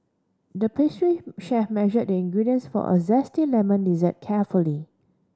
the pastry chef measured the ingredients for a zesty lemon dessert carefully